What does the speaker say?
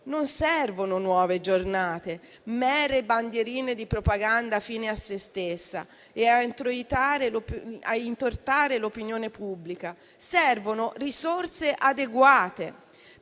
Non servono nuove giornate, mere bandierine di propaganda fine a se stessa, volte a intortare l'opinione pubblica. Servono risorse adeguate.